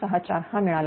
964 हा मिळाला